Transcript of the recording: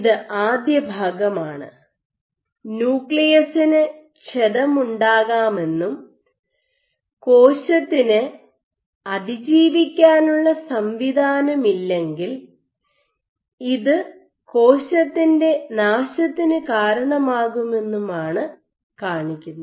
ഇത് ആദ്യ ഭാഗമാണ് ന്യൂക്ലിയസിന് ക്ഷതമുണ്ടാകാമെന്നും കോശത്തിന് അതിജീവിക്കാനുള്ള സംവിധാനം ഇല്ലെങ്കിൽ ഇത് കോശത്തിൻ്റെ നാശത്തിനു കാരണമാകുമെന്നാണ് ഇത് കാണിക്കുന്നത്